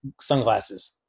sunglasses